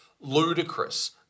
ludicrous